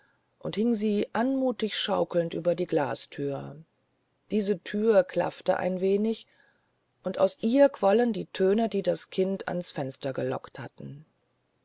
und hing sie mutwillig schaukelnd über die glasthür diese thür klaffte ein wenig und aus ihr quollen die töne die das kind ans fenster gelockt hatten